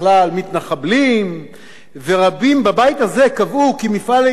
ורבים בבית הזה קבעו כי "מפעל ההתיישבות הוא הפגיעה בשלום".